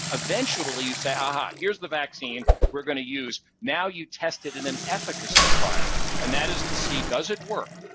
eventually you say, aha! here's the vaccine we're going to use. now you test it in an efficacy trial. and that is to see, does it work?